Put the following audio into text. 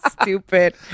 stupid